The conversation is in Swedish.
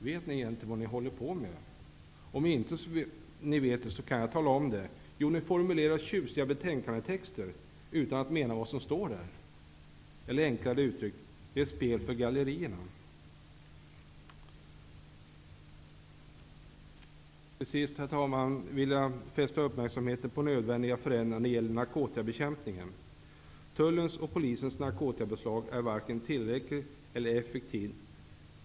Vet ni egentligen vad ni håller på med? Om ni inte gör det, så kan jag tala om det. Ni formulerar tjusiga betänkandetexter utan att mena vad som står där. Det är, enklare uttryckt, ett spel för gallerierna. Jag vill till sist, herr talman, fästa kammarens uppmärksamhet på nödvändiga förändringar i narkotikabekämpningen. Tullens och polisens narkotikabekämpning är varken tillräcklig eller effektiv.